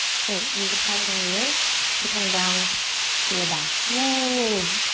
great, use the palms on the earth to come down to your back. yay.